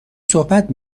صحبت